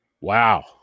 Wow